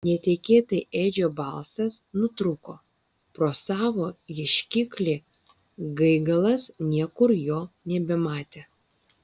netikėtai edžio balsas nutrūko pro savo ieškiklį gaigalas niekur jo nebematė